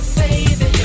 baby